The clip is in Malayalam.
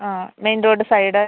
ആ മെയിൻ റോഡ് സൈഡ്